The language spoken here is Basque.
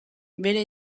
bere